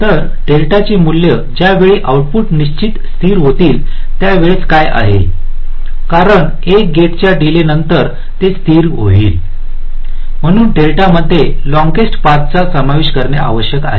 तर डेल्टाचे मूल्य ज्यावेळी आउटपुट निश्चित स्थिर होतील त्यावेळेस काय आहे कारण एका गेटच्या डीलेनंतर ते स्थिर होईल म्हणून डेल्टामध्ये लॉंगेस्ट पाथचा समावेश करणे आवश्यक आहे का